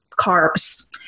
carbs